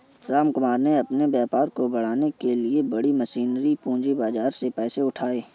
रामकुमार ने अपने व्यापार को बढ़ाने के लिए बड़ी मशीनरी पूंजी बाजार से पैसे उठाए